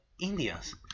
Indians